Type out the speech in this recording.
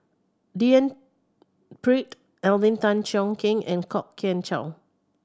D N Pritt Alvin Tan Cheong Kheng and Kwok Kian Chow